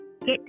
get